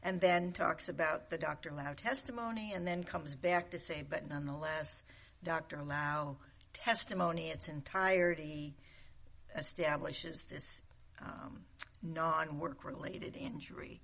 and then talks about the doctor loud testimony and then comes back the same but nonetheless doctor allow testimony its entirety establishes this non work related injury